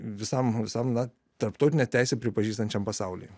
visam visam na tarptautinę teisę pripažįstančiam pasauliui